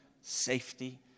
safety